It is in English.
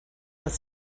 with